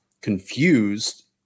confused